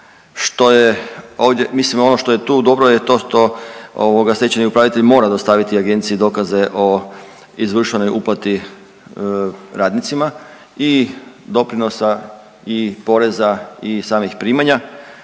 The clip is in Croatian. što je ovdje, mislim ono što je tu dobro je to što ovoga stečajni upravitelj mora dostaviti agenciji dokaze o izvršenoj uplati radnicima i doprinosa i poreza i samih primanja.